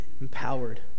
empowered